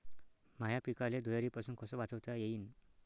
माह्या पिकाले धुयारीपासुन कस वाचवता येईन?